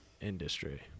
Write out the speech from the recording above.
industry